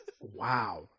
Wow